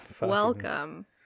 Welcome